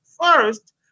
first